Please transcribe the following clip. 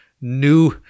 new